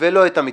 ולא את המתמחים.